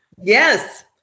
Yes